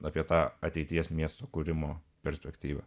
apie tą ateities miesto kūrimo perspektyvą